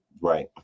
right